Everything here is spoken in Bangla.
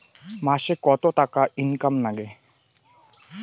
মাসে কত টাকা ইনকাম নাগে?